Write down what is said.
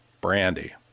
brandy